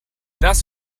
das